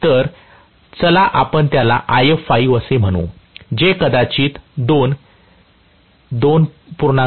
तर चला आपण त्याला If5 असे म्हणू जे कदाचित 2 2